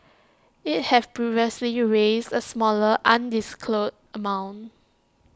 IT have previously raised A smaller undisclosed amount